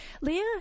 Leah